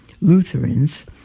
Lutherans